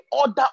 order